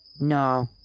No